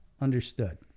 understood